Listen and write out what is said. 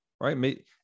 right